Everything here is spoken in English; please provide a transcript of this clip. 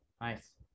Nice